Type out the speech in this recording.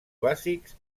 bàsics